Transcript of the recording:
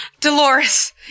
Dolores